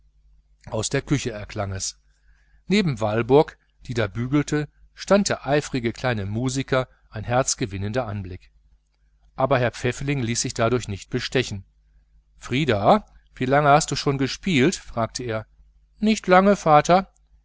aus der küche erklang es neben walburg die da bügelte stand der eifrige kleine musiker ein herzgewinnender anblick aber herr pfäffling ließ sich dadurch nicht bestechen frieder wie lange hast du schon gespielt fragte er nicht lange vater